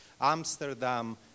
Amsterdam